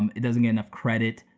um it doesn't get enough credit.